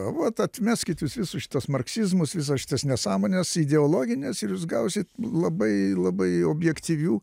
vat atmeskit jus visus šituos marksizmus visas šitas nesąmones ideologines ir jūs gausit labai labai objektyvių